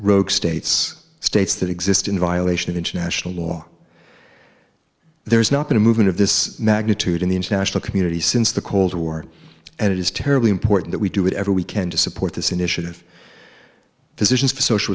rogue states states that exist in violation of international law there's not been a movement of this magnitude in the international community since the cold war and it is terribly important that we do whatever we can to support this initiative physicians for social